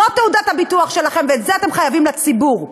זו תעודת הביטוח שלכם, ואת זה אתם חייבים לציבור,